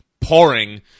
pouring